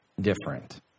different